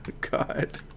God